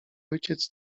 ojciec